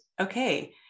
okay